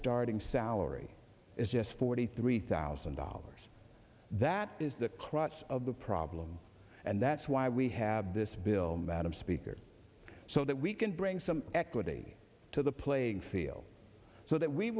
starting salary is just forty three thousand dollars that is the crux of the problem and that's why we have this bill madam speaker so that we can bring some equity to the playing field so that we